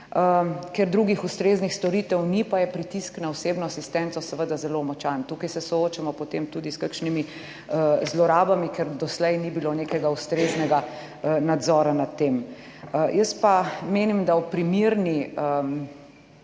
Ker drugih ustreznih storitev ni, pa je pritisk na osebno asistenco seveda zelo močan. Tukaj se soočamo potem tudi s kakšnimi zlorabami, ker doslej ni bilo nekega ustreznega nadzora nad tem. Jaz pa menim, da ob primerni